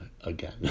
again